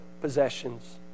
possessions